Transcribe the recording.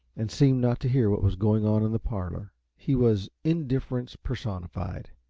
and seemed not to hear what was going on in the parlor. he was indifference personified,